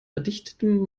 verdichtetem